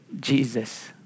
Jesus